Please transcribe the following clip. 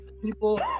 People